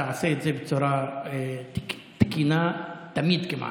אתה עושה את זה בצורה תקינה תמיד כמעט.